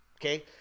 okay